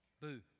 Boo